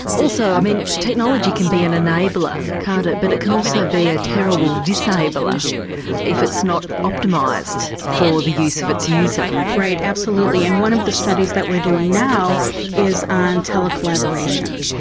also, i mean technology can be an enabler, can't it, but it can also be a terrible disabler if it's not optimised for the use of its user. absolutely. and one of the studies that we're doing now is on telecollaboration.